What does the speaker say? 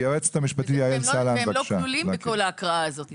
והם לא נקראים בכל ההקראה הזאת.